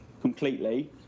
completely